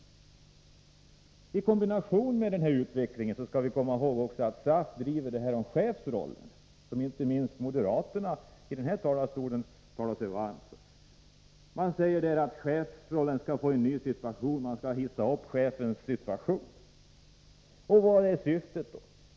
Vi skall komma ihåg att i kombination med denna utveckling driver SAF frågan om chefsrollen, som inte minst moderaterna från den här talarstolen talar sig varma för. Man säger att chefsrollen skall få en ny innebörd. Man skall ”hissa upp” chefens situation. Vad är då syftet?